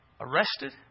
arrested